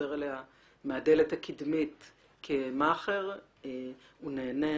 חוזר אליה מהדלת הקדמית כמאכער הוא נהנה